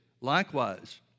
Likewise